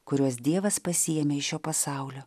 kuriuos dievas pasiėmė iš šio pasaulio